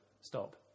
stop